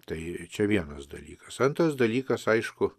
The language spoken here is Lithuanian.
tai čia vienas dalykas antras dalykas aišku